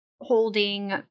holding